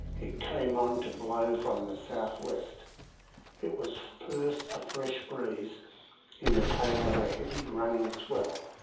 it came on to blow from the south-west it was first a fresh breeze in the tail of a heavy running swell,